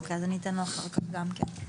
אוקי אז אני אתן לו אחר כך גם כן.